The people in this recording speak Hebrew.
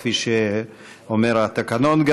כפי שאומר גם התקנון.